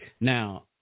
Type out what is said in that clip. Now